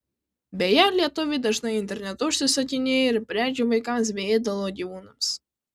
beje lietuviai dažnai internetu užsisakinėja ir prekių vaikams bei ėdalo gyvūnams